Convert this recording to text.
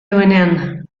duenean